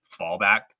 fallback